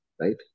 right